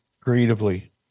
creatively